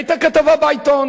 היתה כתבה בעיתון,